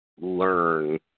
learn